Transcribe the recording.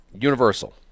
universal